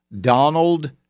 Donald